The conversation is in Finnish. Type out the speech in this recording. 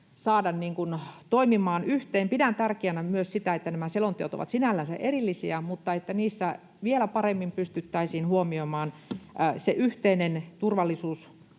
saada toimimaan yhteen. Pidän tärkeänä myös sitä, että nämä selonteot ovat sinällään erillisiä mutta että niissä vielä paremmin pystyttäisiin huomioimaan se yhteinen turvallisuushuoli